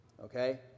Okay